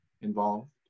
involved